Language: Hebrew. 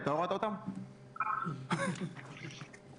כנראה שהבעיה הכי גדולה בהקשר לקורונה זה משרד האוצר.